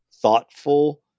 thoughtful